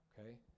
Okay